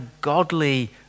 godly